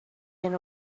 been